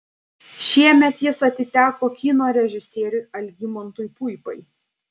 šiemet jis atiteko kino režisieriui algimantui puipai